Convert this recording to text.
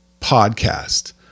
podcast